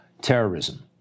Terrorism